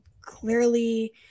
clearly